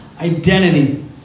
identity